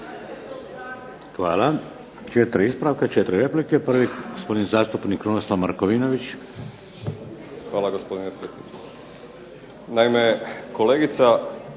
Hvala. Četiri ispravka, četiri replike. Prvi gospodin zastupnik Krunoslav Markovinović. **Markovinović, Krunoslav